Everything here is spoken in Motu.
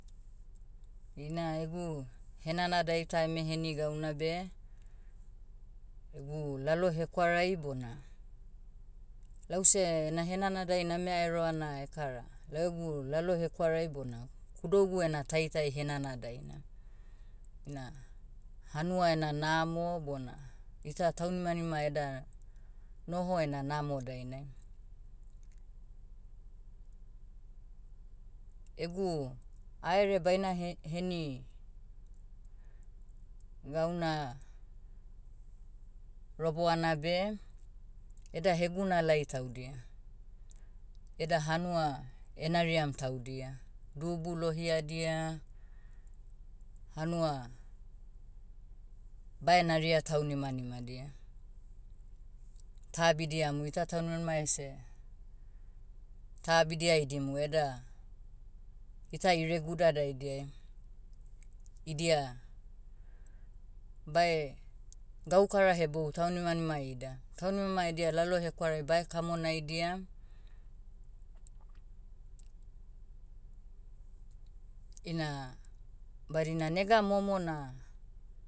Ina egu, henanadai ta eme heni gauna beh, egu lalohekwarai bona, lause, na henanadai namea eroa na ekara, lau egu lalo hekwarai bona, kudougu ena taitai henanadaina. Ina, hanua ena namo bona, ita taunimanima eda, noho ena namo dainai. Egu, aere baina he- heni, gauna, roboana beh, eda hegunalai taudia. Eda hanua, enariam taudia. Dubu lohiadia, hanua, bae naria taunimanimadia. Ta abidiamu ita taunimanima ese, ta abidia hidimu eda, ita ireguda daidiai, idia, bae, gaukara hebou taunimanima ida. Taunima edia lalo hekwarai bae kamonaidia, ina, badina nega momo na,